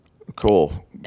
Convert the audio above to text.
Cool